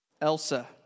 Elsa